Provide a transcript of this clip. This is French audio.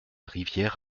rivière